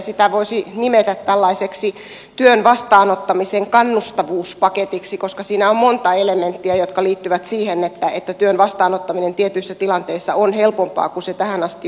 sitä voisi nimetä tällaiseksi työn vastaanottamisen kannustavuuspaketiksi koska siinä on monta elementtiä jotka liittyvät siihen että työn vastaanottaminen tietyissä tilanteissa on helpompaa kuin se tähän asti on ollut